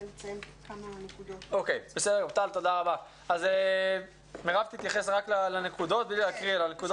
אז מירב ישראלי תתייחס רק לנקודות, בלי לקרוא.